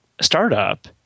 startup